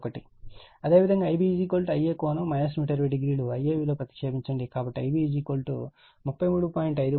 అదేవిధంగా Ib Ia ∠ 120o Ia విలువను ప్రతిక్షేపించండి కాబట్టి Ib 33